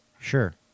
Sure